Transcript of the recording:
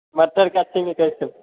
मटर का कैसे देते हो